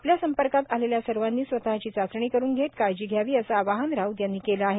आपल्या संपर्कात आलेल्या सर्वांनी स्वतची चाचणी करून घेत काळजी घ्यावी असं आवाहन राऊत यांनी केलं आहे